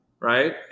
right